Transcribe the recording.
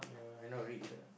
yeah I not rich ah